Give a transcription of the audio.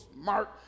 smart